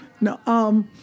No